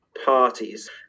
parties